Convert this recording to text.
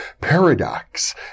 paradox